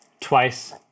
twice